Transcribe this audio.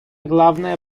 главная